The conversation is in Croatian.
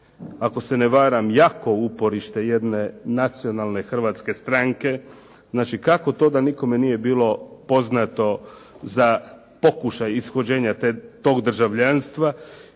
ako se ne varam jako uporište jedne nacionalne hrvatske stranke. Znači kako to da nikome nije bilo poznato za pokušaj ishođenja tog državljanstva.